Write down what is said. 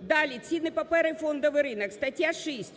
Далі. Цінні папери, фондовий ринок, стаття 6.